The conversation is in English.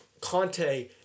Conte